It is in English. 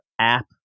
app